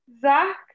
Zach